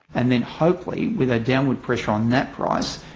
and then hopefully with a downward pressure on that price,